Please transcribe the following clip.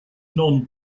non